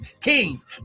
kings